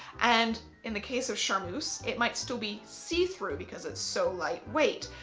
and in the case of charmeuse, it might still be see-through because it's so lightweight.